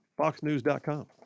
foxnews.com